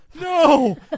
No